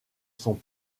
sont